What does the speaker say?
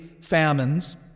famines